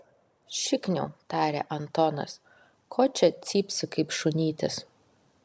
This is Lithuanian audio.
šikniau tarė antonas ko čia cypsi kaip šunytis